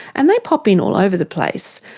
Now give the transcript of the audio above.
and they pop in all over the place.